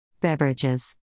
Beverages